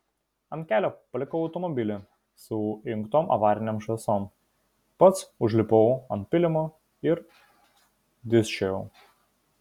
ant kelio palikau automobilį su įjungtom avarinėm šviesom pats užlipau ant pylimo ir dirsčiojau